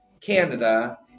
Canada